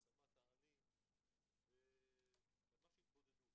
העצמת האני וממש התבודדות,